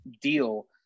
deal